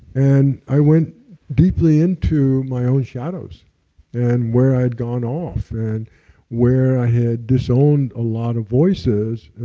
and i went deeply into my own shadows and where i'd gone off. and where i had disowned a lot of voices,